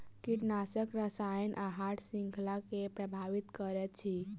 कीटनाशक रसायन आहार श्रृंखला के प्रभावित करैत अछि